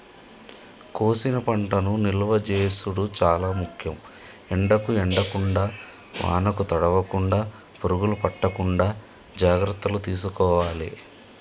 కోసిన పంటను నిలువ చేసుడు చాల ముఖ్యం, ఎండకు ఎండకుండా వానకు తడవకుండ, పురుగులు పట్టకుండా జాగ్రత్తలు తీసుకోవాలె